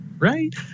right